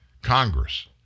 Congress